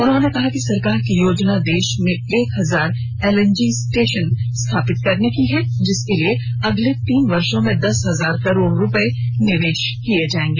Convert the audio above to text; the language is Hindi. उन्होंने कहा कि सरकार की योजना देश में एक हजार एलएनजी स्टेशन स्थापित करने की है जिसके लिए अगले तीन वर्षो में दस हजार करोड़ रुपये निवेश किया जायेगा